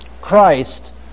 Christ